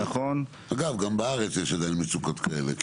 אגב, גם בארץ יש עדיין מצוקות כאלה.